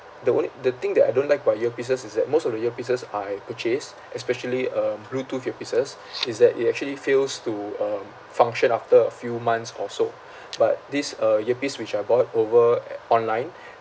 the only the thing that I don't like about earpieces is that most of the earpieces I purchased especially uh bluetooth earpieces is that it actually fails to um function after a few months or so but this uh earpiece which I bought over online